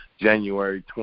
January